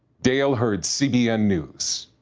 dale hurd, cbn news.